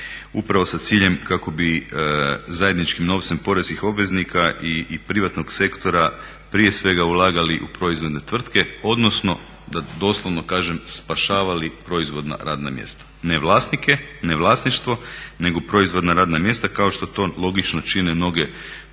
upravo sa ciljem kako bi zajedničkim novcem poreznih obveznika i privatnog sektora prije svega ulagali u proizvodne tvrtke, odnosno da doslovno kažem spašavali proizvodna radna mjesta. Ne vlasnike, ne vlasništvo nego proizvodna radna mjesta kao što to logično čine mnoge puno razvijenije